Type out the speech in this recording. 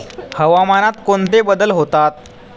हवामानात कोणते बदल होतात?